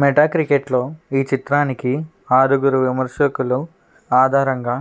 meta క్రికెట్లో ఈ చిత్రానికి ఆరుగురు విమర్శకులు ఆధారంగా